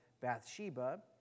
Bathsheba